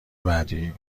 بعدی